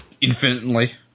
infinitely